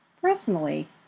Personally